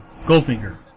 Goldfinger